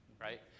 right